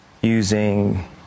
using